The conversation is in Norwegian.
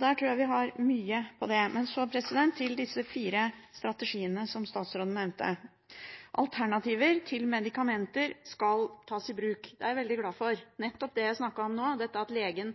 Der tror jeg vi har mye å hente. Men så til disse fire strategiene statsråden nevnte. Alternativer til medikamenter skal tas i bruk. Det er jeg veldig glad for. Jeg snakket om nettopp dette med at legen